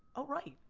oh right,